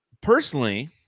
personally